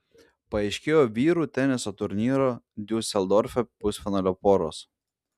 paaiškėjo vyrų teniso turnyro diuseldorfe pusfinalio poros